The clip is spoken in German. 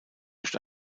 durch